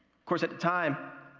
course, at the time,